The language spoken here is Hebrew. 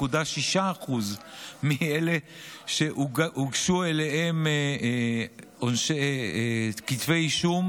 ב-5.6% 5.6% מאלה שהוגשו עליהם כתבי אישום.